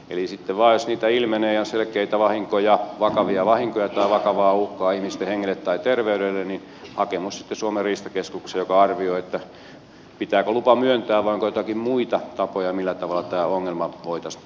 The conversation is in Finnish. eli sitten vaan jos niitä ilmenee ja on selkeitä vahinkoja vakavia vahinkoja tai vakavaa uhkaa ihmisten hengelle tai terveydelle hakemus suomen riistakeskukseen joka arvioi pitääkö lupa myöntää vai onko joitakin muita tapoja millä tavalla tämä ongelma voitaisiin hoitaa